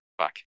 fuck